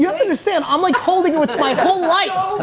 yeah understand, i'm like holding it with my whole life.